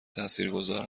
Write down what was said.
تاثیرگذار